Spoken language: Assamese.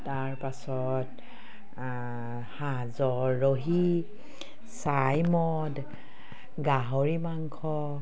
তাৰপাছত সাঁজৰ ৰহী চাইমদ গাহৰি মাংস